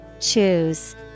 Choose